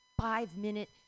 five-minute